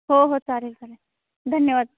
हो हो चालेल चालेल धन्यवाद